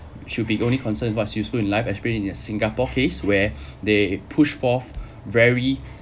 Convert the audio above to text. should be only concerned what useful in life as to put it in the singapore case where they push forth very